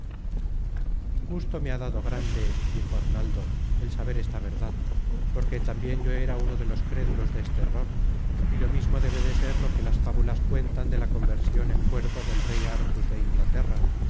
gusto me ha dado grande dijo arnaldo el saber esta verdad porque tambien yo era uno de los crédulos deste error y lo mismo debe de ser lo que las fábulas cuentan de la conversion en cuervo del rey artus de inglaterra